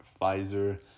Pfizer